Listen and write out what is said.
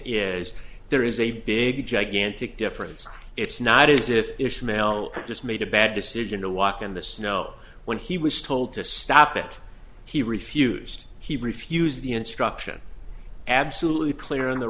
is there is a big gigantic difference it's not as if ishmael just made a bad decision to walk in the snow when he was told to stop it he refused he refused the instruction absolutely clear in the